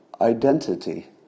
Identity